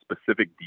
specific